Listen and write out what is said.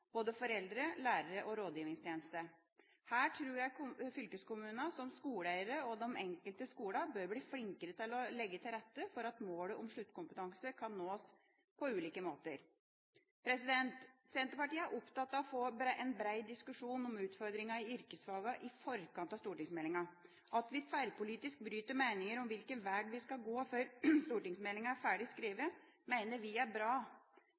både foreldre, lærere og rådgivningstjenesten. Her tror jeg fylkeskommunene som skoleeiere og de enkelte skolene bør bli flinkere til å legge til rette for at målet om sluttkompetanse kan nås på ulike måter. Senterpartiet er opptatt av å få en bred diskusjon om utfordringene i yrkesfagene i forkant av stortingsmeldinga. At vi tverrpolitisk bryter meninger om hvilken vei vi skal gå før stortingsmeldinga er ferdig skrevet, mener vi er bra